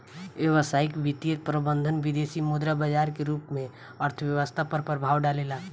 व्यावसायिक वित्तीय प्रबंधन विदेसी मुद्रा बाजार के रूप में अर्थव्यस्था पर प्रभाव डालेला